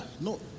No